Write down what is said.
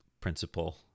principle